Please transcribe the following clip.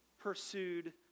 pursued